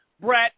Brett